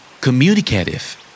Communicative